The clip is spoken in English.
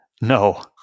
No